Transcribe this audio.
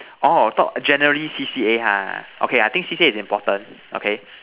oh I thought generally C_C_A ha okay I think C_C_A is important okay